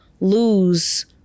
lose